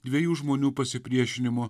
dviejų žmonių pasipriešinimo